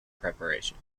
preparation